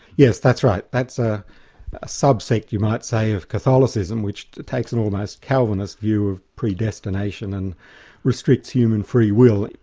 yes, that's right. that's a sub-sect you might say, of catholicism, which takes an almost calvinist view of predestination and restricts human free will,